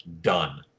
done